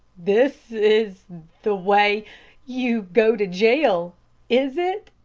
this is the way you go to jail is it?